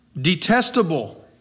detestable